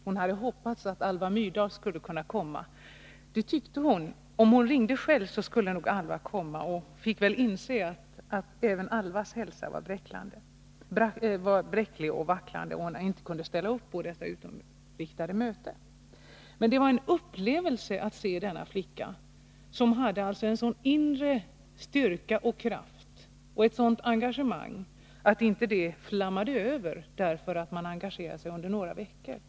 Hon hade hoppats att Alva Myrdal skulle komma. Hon trodde att om hon ringde själv skulle nog Alva Myrdal komma, men tvingades inse att även Alva Myrdals hälsa var bräcklig och vacklande och att hon inte kunde ställa upp på detta utåtriktade möte. Men det var en upplevelse att se denna flicka, som hade en sådan inre styrka och kraft och ett sådant engagemang att det nästan flammade över då de engagerade sig under några veckor.